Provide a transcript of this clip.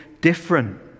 different